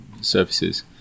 services